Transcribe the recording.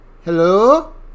Hello